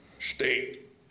state